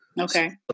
Okay